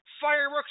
fireworks